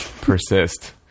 persist